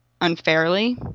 unfairly